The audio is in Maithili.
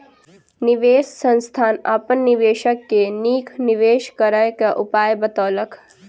निवेश संस्थान अपन निवेशक के नीक निवेश करय क उपाय बतौलक